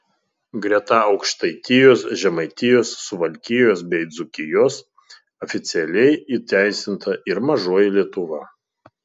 greta aukštaitijos žemaitijos suvalkijos bei dzūkijos oficialiai įteisinta ir mažoji lietuva